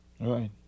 Right